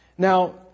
Now